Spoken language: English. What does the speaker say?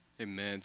Amen